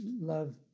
love